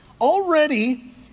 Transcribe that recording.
already